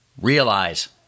Realize